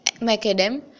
Macadam